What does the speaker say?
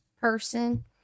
person